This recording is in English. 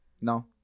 No